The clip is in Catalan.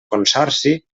consorci